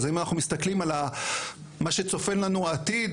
אז אם אנחנו מסתכלים על מה שצופן לנו העתיד